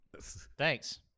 thanks